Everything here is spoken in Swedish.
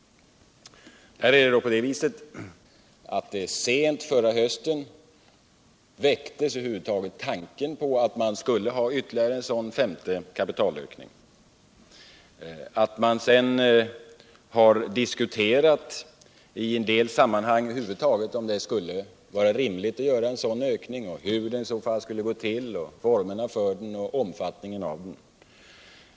I en del sammanhang har diskuterats om det över huvud taget skulle vara rimligt att göra en sådan ökning, formerna för den och omfattningen av den.